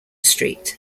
street